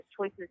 choices